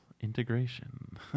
Integration